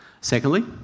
secondly